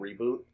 reboot